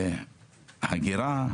חקירה.